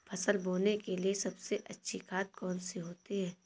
फसल बोने के लिए सबसे अच्छी खाद कौन सी होती है?